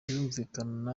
birumvikana